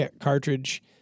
cartridge